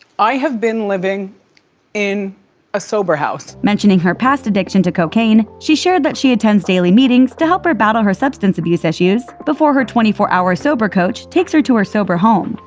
i have been living in a sober house. mentioning her past addiction to cocaine, she shared that she attends daily meetings to help her battle her substance abuse issues before her twenty four hour sober coach takes her to her sober home.